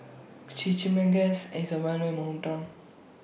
Chimichangas IS Well known in My Hometown